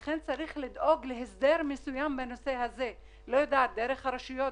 צריך לדאוג להסדר מסוים בנושא הזה אם זה דרך הרשויות,